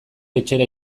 etxera